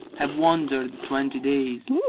have wandered twenty days,